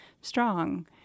strong